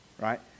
Right